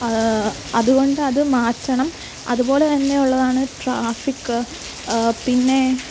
അതുകൊണ്ടത് മാറ്റണം അതുപോലെ തന്നെയുള്ളതാണ് ട്രാഫിക്ക് പിന്നെ